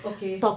okay